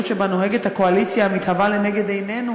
שבו נוהגת הקואליציה המתהווה לנגד עינינו